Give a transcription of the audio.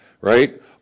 Right